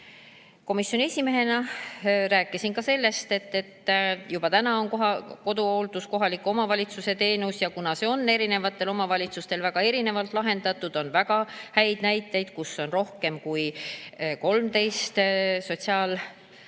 komisjoni esimehena rääkisin ka sellest, et juba praegu on koduhooldus kohaliku omavalitsuse teenus. Kuna see on erinevatel omavalitsustel väga erinevalt lahendatud, siis on väga häid näiteid, kus on rohkem kui 13